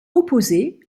opposé